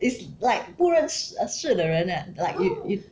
it's like 不认识识的人 ah like you you